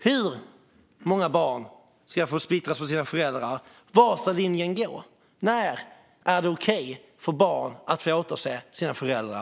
Hur många barn ska behöva skiljas från sina föräldrar? Var ska linjen gå? När är det okej för barn att få återse sina föräldrar?